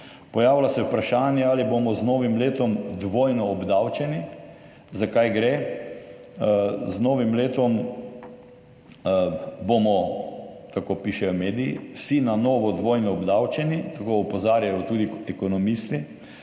Pojavlja se vprašanje, ali bomo z novim letom dvojno obdavčeni. Za kaj gre? Z novim letom bomo, tako pišejo mediji, vsi na novo dvojno obdavčeni, tako opozarjajo tudi ekonomisti.